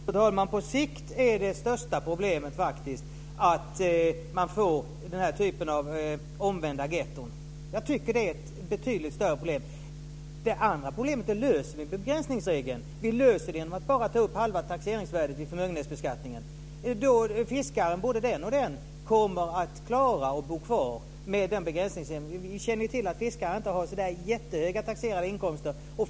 Fru talman! På sikt är det största problemet faktiskt att man får den här typen av omvända getton och det tycker jag är ett betydligt större problem. Det andra problemet löser vi genom begränsningsregeln - genom att ta upp bara halva taxeringsvärdet vid förmögenhetsbeskattningen. Den och den fiskaren kommer att klara att bo kvar genom denna begränsningsregel. Fiskare har ju inte särskilt höga taxerade inkomster.